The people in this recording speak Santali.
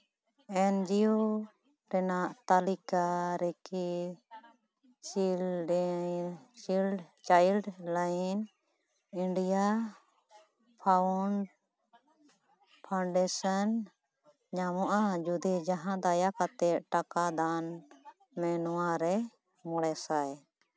ᱮᱱᱡᱤᱭᱳ ᱨᱮᱭᱟᱜ ᱛᱟᱹᱞᱤᱠᱟ ᱨᱮᱠᱤ children childline India found foundation ᱧᱟᱢᱚᱜᱼᱟ ᱡᱩᱫᱤ ᱡᱟᱦᱟᱸ ᱫᱟᱭᱟ ᱠᱟᱛᱮᱫ ᱴᱟᱠᱟ ᱫᱟᱱ ᱢᱮ ᱱᱚᱣᱟᱨᱮ ᱢᱚᱬᱮ ᱥᱟᱭ